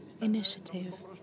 initiative